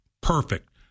Perfect